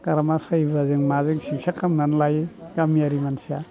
गारामा सायोब्ला जों माजों सिखिथसा खालामनानै लायो गामियारि मानसिया